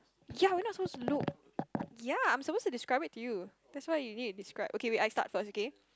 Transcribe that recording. ya we're not supposed to look ya I'm supposed to describe it to you that's why you need to describe okay wait I start first okay